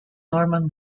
norman